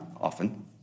Often